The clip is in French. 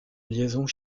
liaisons